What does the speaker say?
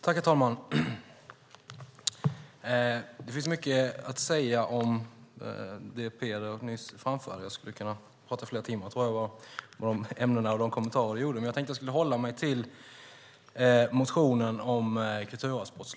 Herr talman! Det finns mycket att säga om det Peder Wachtmeister nyss framförde. Jag skulle kunna tala i flera timmar om de ämnen och kommentarer Peder gjorde. Men jag tänkte hålla mig till motionen om kulturarvsbrott.